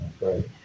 right